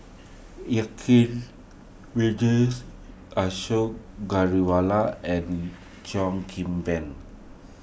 Kang Vijesh Ashok Ghariwala and Kim Ban